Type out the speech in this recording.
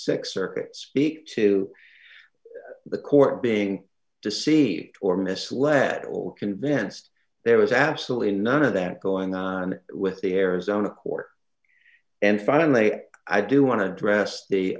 th circuit speak to the court being deceived or misled or convinced there was absolutely none of that going on with the arizona court and finally i do want to address the